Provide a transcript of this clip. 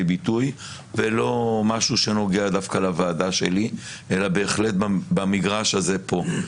ביטוי ולא משהו שנוגע דווקא לוועדה שלי אלא בהחלט במגרש הזה פה.